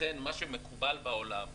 לכן, מה שמקובל בעולם,